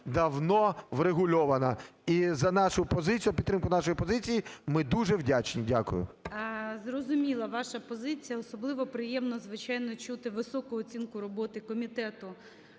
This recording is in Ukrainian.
давно врегульована. І за нашу позицію, за підтримку нашої позиції, ми дуже вдячні. Дякую. ГОЛОВУЮЧИЙ. Зрозуміла ваша позиція. Особливо приємно, звичайно, чути високу оцінку роботи Комітету